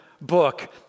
book